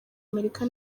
amerika